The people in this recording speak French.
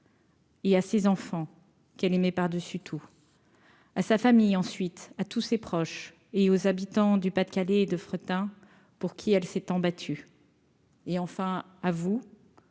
Il y a 6 enfants qu'elle aimait par-dessus tout à sa famille ensuite à tous ses proches et aux habitants du Pas-de-Calais 2 fretin pour qui elle s'est tant battu. Et enfin, à vous,